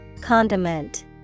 Condiment